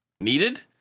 needed